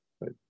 right